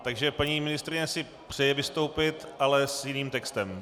Takže paní ministryně si přeje vystoupit, ale s jiným textem.